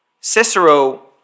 Cicero